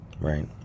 right